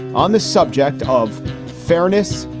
on the subject of fairness,